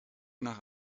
nach